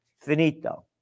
finito